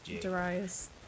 Darius